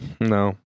no